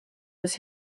was